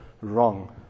wrong